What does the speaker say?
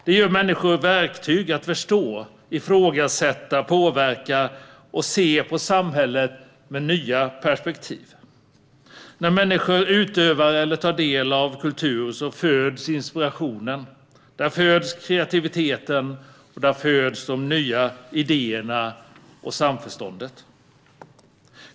Det ger människor verktyg att förstå, ifrågasätta, påverka och se på samhället ur nya perspektiv. När människor utövar eller tar del av kultur föds inspirationen, kreativiteten och de nya idéerna, liksom samförståndet.